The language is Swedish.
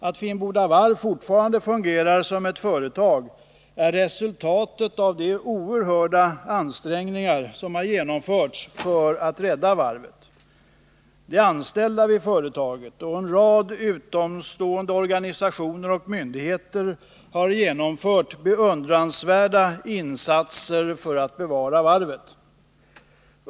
Att Finnboda Varf fortfarande fungerar som ett företag är resultatet av de oerhörda ansträngningar som genomförts för att rädda varvet. De anställda vid företaget och en rad utomstående organisationer och myndigheter har genomfört beundransvärda insatser för att bevara varvet.